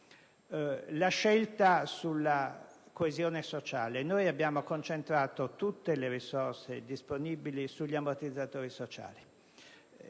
concerne la coesione sociale, abbiamo concentrato tute le risorse disponibili sugli ammortizzatori sociali.